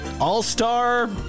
all-star